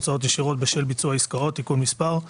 (הוצאות ישירות בשל ביצוע עסקאות) (תיקון מס' ),